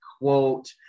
quote